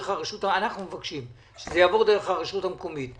אנחנו מבקשים שזה יעבור דרך הרשות המקומית.